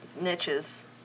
niches